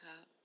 up